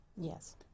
Yes